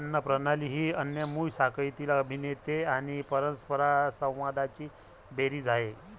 अन्न प्रणाली ही अन्न मूल्य साखळीतील अभिनेते आणि परस्परसंवादांची बेरीज आहे